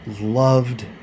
loved